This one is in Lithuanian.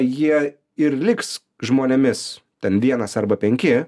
jie ir liks žmonėmis ten vienas arba penki